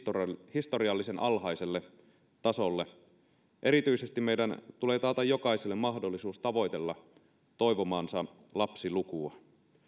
historiallisen alhaiselle tasolle erityisesti meidän tulee taata jokaiselle mahdollisuus tavoitella toivomaansa lapsilukua